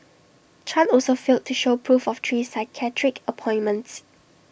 chan also failed to show proof of three psychiatric appointments